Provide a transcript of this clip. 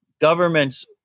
governments